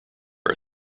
are